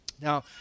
Now